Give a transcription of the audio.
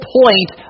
point